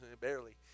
barely